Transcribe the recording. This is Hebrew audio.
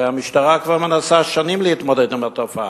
הרי המשטרה כבר מנסה שנים להתמודד עם התופעה.